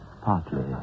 partly